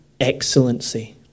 excellency